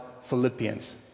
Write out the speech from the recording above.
Philippians